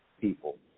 people